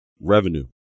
revenue